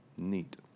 Neat